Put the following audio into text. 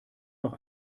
noch